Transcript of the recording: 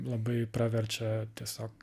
labai praverčia tiesiog